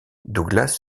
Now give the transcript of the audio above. douglas